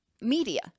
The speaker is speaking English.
media